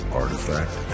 artifact